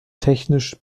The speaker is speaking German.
technisch